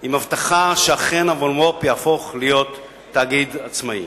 עם הבטחה שאכן המולמו"פ תהפוך לתאגיד עצמאי.